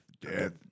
death